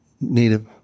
Native